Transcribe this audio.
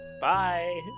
Bye